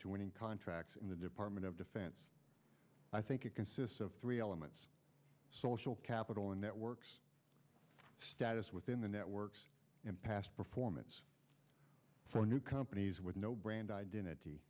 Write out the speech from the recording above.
winning contracts in the department of defense i think it consists of three elements social capital and networks status within the networks and past performance for new companies with no brand identity